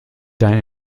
dein